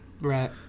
Right